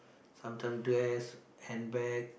sometime dress handbag